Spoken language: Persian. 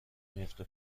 میفته